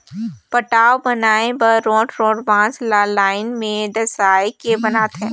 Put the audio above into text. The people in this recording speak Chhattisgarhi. पटांव बनाए बर रोंठ रोंठ बांस ल लाइन में डसाए के बनाथे